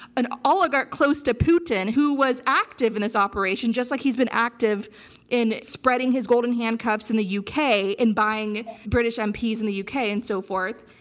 an oligarch close to putin who was active in this operation, just like he's been active in spreading his golden handcuffs in the u. k. and buying british um mps in the u. k, and so forth.